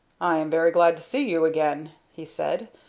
i am very glad to see you again, he said,